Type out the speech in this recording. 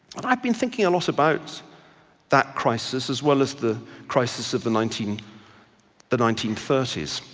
and i've been thinking a lot about that crisis as well as the crisis of the nineteen the nineteen thirty s.